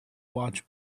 watch